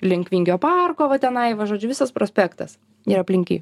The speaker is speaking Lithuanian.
link vingio parko va tenai va žodžiu visas prospektas ir aplink jį